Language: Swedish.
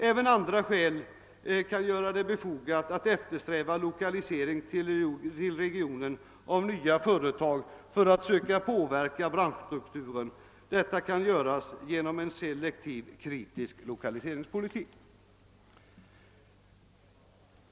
Även andra skäl kan göra det befogat att eftersträva lokalisering till regionen av nya företag, varigenom branschstrukturen skulle påverkas. Detta kan genomföras via en selektiv och kritisk lokaliseringspolitik.